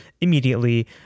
Immediately